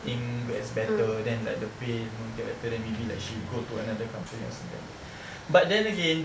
thing gets better then like the pay don't get better then maybe like she'll go to another company or something like that but then again